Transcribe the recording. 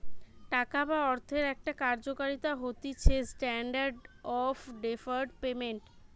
টাকা বা অর্থের একটা কার্যকারিতা হতিছেস্ট্যান্ডার্ড অফ ডেফার্ড পেমেন্ট